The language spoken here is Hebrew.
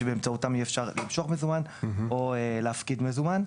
שבאמצעותם יהיה אפשר למשוך מזומן או להפקיד מזומן.